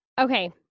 Okay